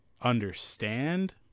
understand